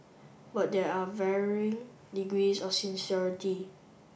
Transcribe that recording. but there are varying degrees of sincerity